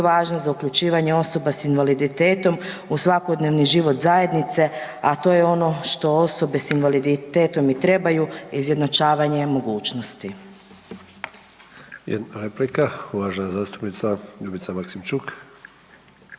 važno za uključivanje osoba s invaliditetom u svakodnevni život zajednice, a to je ono što osobe s invaliditetom i trebaju izjednačavanje mogućnosti. **Sanader, Ante (HDZ)** Jedna replika, uvažena zastupnica Ljubica Maksimčuk.